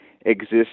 exists